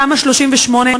תמ"א 38,